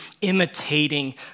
imitating